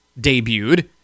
debuted